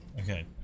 Okay